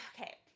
okay